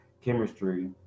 chemistry